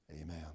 Amen